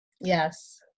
Yes